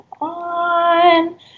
on